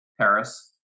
Paris